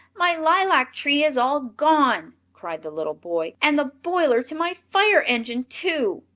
my lilac tree is all gone! cried the little boy. and the boiler to my fire engine, too,